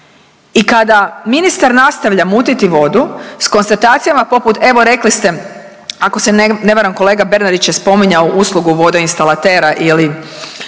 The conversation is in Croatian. I kada ministar nastavlja mutiti vodu sa konstatacijama poput evo rekli ste ako se ne varam kolega Bernardić je spominjao uslugu vodoinstalatera ili